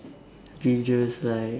videos like